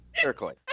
Turquoise